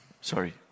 Sorry